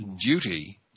duty